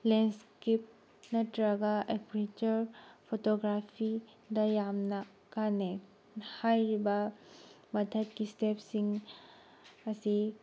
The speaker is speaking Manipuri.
ꯂꯦꯟꯁ꯭ꯀꯦꯞ ꯅꯠꯇ꯭ꯔꯒ ꯑꯦꯐ꯭ꯔꯤꯆꯔ ꯐꯣꯇꯣꯒ꯭ꯔꯥꯐꯤꯗ ꯌꯥꯝꯅ ꯀꯥꯟꯅꯩ ꯍꯥꯏꯔꯤꯕ ꯃꯊꯛꯀꯤ ꯁ꯭ꯇꯦꯞꯁꯤꯡ ꯑꯁꯤ